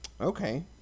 Okay